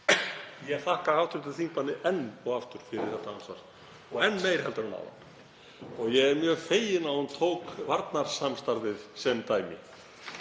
Ég þakka hv. þingmanni enn og aftur fyrir þetta andsvar og enn meira en áðan. Ég er mjög feginn að hún tók varnarsamstarfið sem dæmi